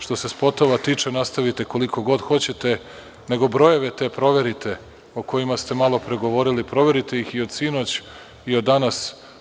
Što se spotova tiče, nastavite koliko god hoćete, nego brojeve te proverite o kojima ste malo pre govorili, proverite ih i od sinoć i od danas.